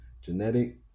genetic